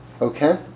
Okay